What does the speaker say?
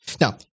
Now